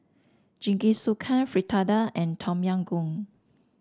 Jingisukan Fritada and Tom Yam Goong